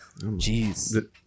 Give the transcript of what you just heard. Jeez